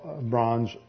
bronze